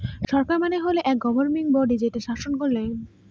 সরকার মানে হল এক গভর্নিং বডি যে শাসন করেন